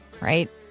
right